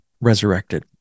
resurrected